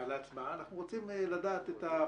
על ההצעה, אנחנו רוצים לדעת את הפרטים.